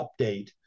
update